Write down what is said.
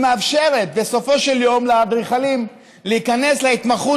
היא מאפשרת בסופו של יום לאדריכלים להיכנס להתמחות